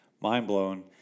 Mind-blown